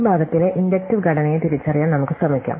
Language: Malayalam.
ഈ ഭാഗത്തിലെ ഇൻഡക്റ്റീവ് ഘടനയെ തിരിച്ചറിയാൻ നമുക്ക് ശ്രമിക്കാം